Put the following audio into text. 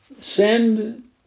send